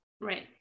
Right